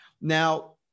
Now